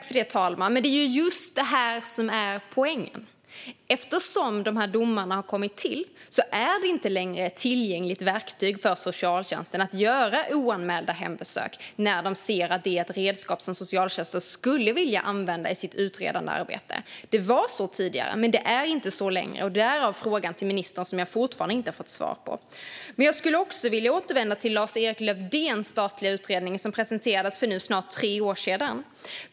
Fru talman! Men det är ju just detta som är poängen. Efter de domar som har kommit är det inte längre ett tillgängligt verktyg för socialtjänsten att göra oanmälda hembesök när de ser att det är ett redskap som de skulle vilja använda i sitt utredande arbete. Det var så tidigare, men det är inte så längre, därav min fråga till ministern, som jag fortfarande inte har fått svar på. Jag skulle vilja återvända till Lars-Erik Lövdéns statliga utredning, som presenterades för snart tre år sedan.